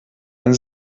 eine